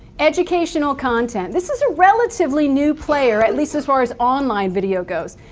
educational content. this is a relatively new player, at least as far as online video goes.